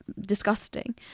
disgusting